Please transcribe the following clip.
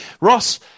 Ross